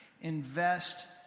Invest